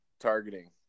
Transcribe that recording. targeting